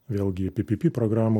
vėlgi pi pi pi programų